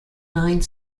nine